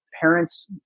parents